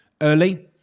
early